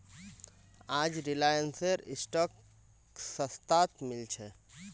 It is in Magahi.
आज रिलायंसेर स्टॉक सस्तात मिल छ